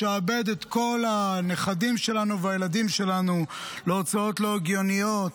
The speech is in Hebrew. משעבד את הנכדים שלנו והילדים שלנו להוצאות לא הגיוניות,